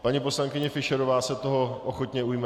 Paní poslankyně Fischerová se toho ochotně ujme.